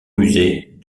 musée